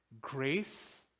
grace